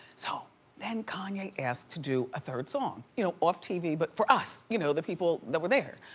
so then kanye asked to do a third song you know off tv but for us, you know the people that were there.